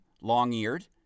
Long-Eared